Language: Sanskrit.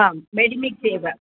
आं मेडिमिक्स् एव